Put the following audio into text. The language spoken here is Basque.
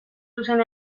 zuzen